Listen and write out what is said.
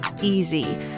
easy